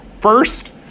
First